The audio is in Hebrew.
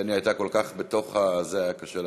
קסניה הייתה כל כך בתוך זה, היה קשה לעצור.